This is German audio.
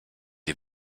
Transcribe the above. ihr